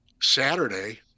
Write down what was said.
Saturday